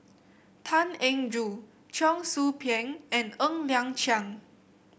Tan Eng Joo Cheong Soo Pieng and Ng Liang Chiang